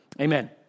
Amen